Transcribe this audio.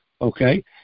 okay